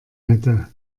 hätte